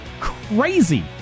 crazy